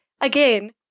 again